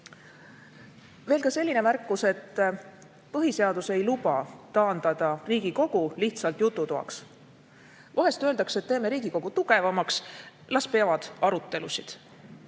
Veel selline märkus, et põhiseadus ei luba taandada Riigikogu lihtsalt jututoaks. Vahel öeldakse, et teeme Riigikogu tugevamaks, las peavad arutelusid.